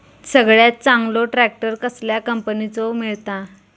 सगळ्यात चांगलो ट्रॅक्टर कसल्या कंपनीचो मिळता?